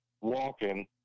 walking